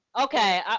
Okay